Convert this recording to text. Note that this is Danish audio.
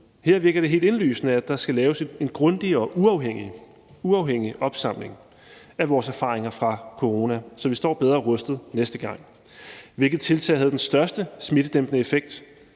Her virker det helt indlysende, at der skal laves en grundig og uafhængig opsamling af vores erfaringer fra corona, så vi står bedre rustet næste gang. Hvilke tiltag havde den største smittedæmpende effekt?